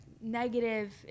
negative